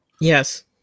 Yes